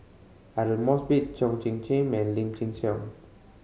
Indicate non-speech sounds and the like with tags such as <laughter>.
Aidli Mosbit <unintelligible> and Lim Chin Siong